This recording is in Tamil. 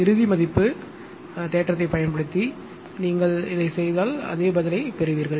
இறுதி மதிப்பு தேற்றத்தைப் பயன்படுத்தி நீங்கள் என்ன செய்தாலும் அதே பதிலைப் பெறுவீர்கள்